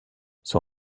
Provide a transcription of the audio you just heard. son